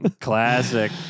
Classic